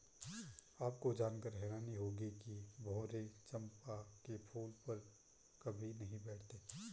आपको जानकर हैरानी होगी कि भंवरे चंपा के फूल पर कभी नहीं बैठते